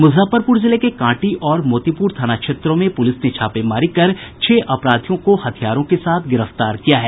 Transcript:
मूजफ्फरपूर जिले के कांटी और मोतीपूर थाना क्षेत्रों में पूलिस ने छापेमारी कर छह अपराधियों को हथियारों के साथ गिरफ्तार किया है